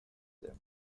them